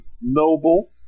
noble